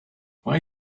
why